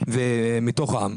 מתוך העם.